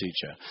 teacher